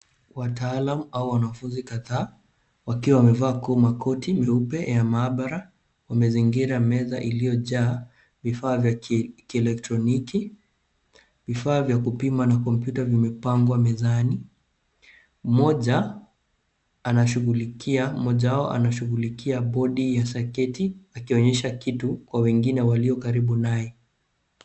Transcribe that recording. Wataalam au wanafunzi kadhaa wakiwa wamevaa makoti nyeupe ya mahabara, wamezingira meza iliyojaa vifaa vya kielektroniki, vifaa vya kupima na kompyuta vimepangwa mezani. Mmoja wao anashughulikia bodi ya saketi akionyesha kitu, kwa wengine walio karibu naye.